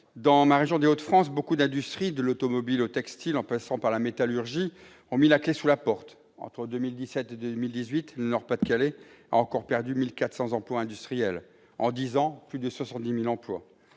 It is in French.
Dans ma région des Hauts-de-France, nombre d'industries, de l'automobile au textile, en passant par la métallurgie, ont mis la clé sous la porte. Entre 2017 et 2018, le Nord-Pas-de-Calais a encore perdu 1 400 emplois industriels ; en dix ans, ce chiffre atteint plus de 70 000 emplois.